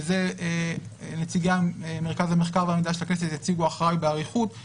ואת זה נציגי מרכז המחקר והמידע של הכנסת יציגו אחרי באריכות,